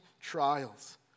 trials